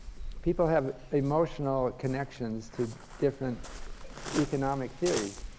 people have emotional connections to different economic theories.